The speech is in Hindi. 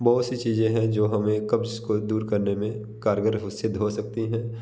बहुत सी चीज़ें हैं जो हमें कब्ज़ को दूर करने में कारगर हो सिद्ध हो सकती हैं